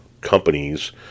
companies